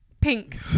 pink